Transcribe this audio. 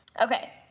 Okay